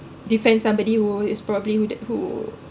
defend somebody who is probably who that who